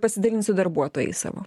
pasidalint su darbuotojais savo